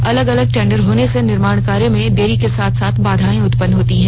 अलग अलग टेंडर होने से निर्माण कार्य में देरी के साथ साथ बाधाएं उत्पन्न होती हैं